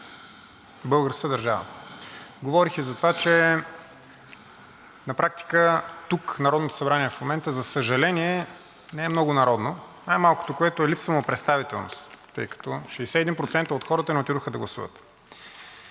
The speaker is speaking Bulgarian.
българската държава. Говорих и за това, че на практика тук Народното събрание в момента, за съжаление, не е много народно. Най-малкото, което е, липсва му представителност, тъй като 61% от хората не отидоха да гласуват.